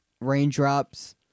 Raindrops